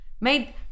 Made